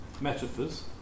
metaphors